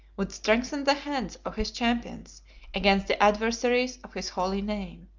would strengthen the hands of his champions against the adversaries of his holy name.